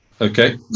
Okay